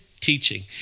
teaching